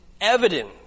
evident